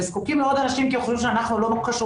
וזקוקים לעוד אנשים כי הם חושבים שאנחנו לא קשובים,